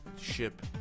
ship